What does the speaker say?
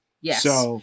Yes